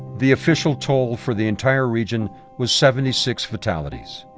the official toll for the entire region was seventy six fatalities.